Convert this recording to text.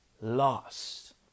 lost